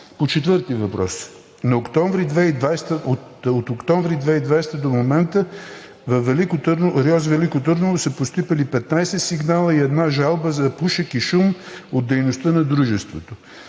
По четвъртия въпрос. От месец октомври 2020 г. до момента в РИОС – Велико Търново са постъпили 15 сигнала и една жалба за пушек и шум от дейността на Дружеството.